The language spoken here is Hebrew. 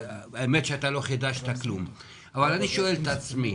האמת, שאתה לא חידשת כלום אבל אני שואל את עצמי,